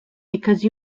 because